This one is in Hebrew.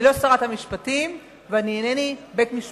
אני לא שרת המשפטים ואני אינני בית-משפט,